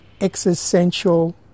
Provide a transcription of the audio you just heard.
existential